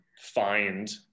find